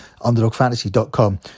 underdogfantasy.com